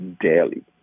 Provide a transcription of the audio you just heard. daily